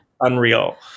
unreal